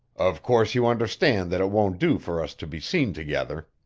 of course you understand that it won't do for us to be seen together.